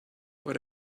but